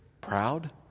Proud